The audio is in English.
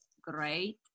great